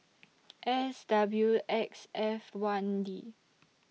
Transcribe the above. S W X F one D